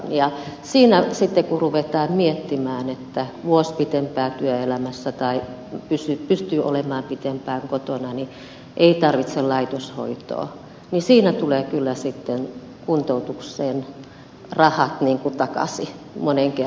ja siinä sitten kun ruvetaan miettimään että pystyy olemaan vuoden pitempään työelämässä tai pitempään kotona ei tarvitse laitoshoitoa niin siinä tulevat kyllä sitten kuntoutuksen rahat takaisin moninkertaisesti